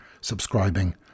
subscribing